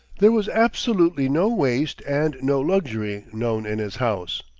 there was absolutely no waste and no luxury known in his house.